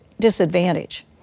disadvantage